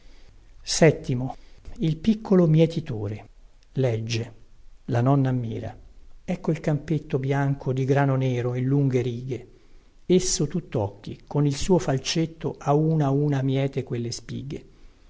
la nonna ammira ecco il campetto bianco di grano nero in lunghe righe esso tuttocchi con il suo falsetto a una a una miete quelle spighe